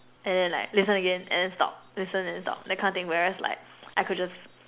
and then like listen again and then stop listen then stop that kind of thing whereas like I could just